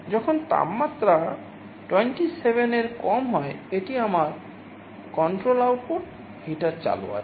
যখন তাপমাত্রা 27 এর কম হয় এটি আমার কন্ট্রোল আউটপুট হিটার চালু আছে